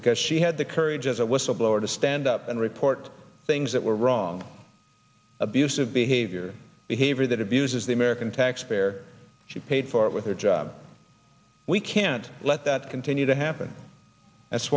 because she had the courage as a whistleblower to stand up and report things that were wrong abusive behavior behavior that abuses the american taxpayer she paid for it with her job we can't let that continue to happen that's